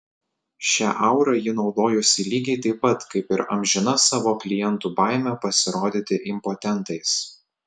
šia aura ji naudojosi lygiai taip pat kaip ir amžina savo klientų baime pasirodyti impotentais